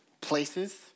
places